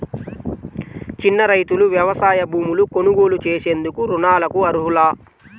చిన్న రైతులు వ్యవసాయ భూములు కొనుగోలు చేసేందుకు రుణాలకు అర్హులా?